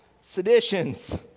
seditions